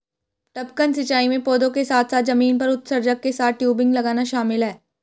टपकन सिंचाई में पौधों के साथ साथ जमीन पर उत्सर्जक के साथ टयूबिंग लगाना शामिल है